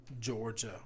Georgia